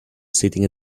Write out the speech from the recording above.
sitting